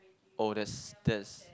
oh that's that's